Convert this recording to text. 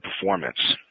performance